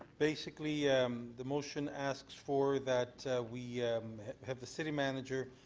basically the motion ask for that we have the city manager